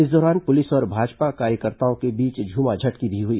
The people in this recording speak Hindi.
इस दौरान पुलिस और भाजपा कार्यकर्ताओं के बीच झूमाझटकी भी हुई